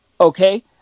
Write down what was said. okay